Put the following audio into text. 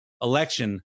election